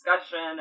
discussion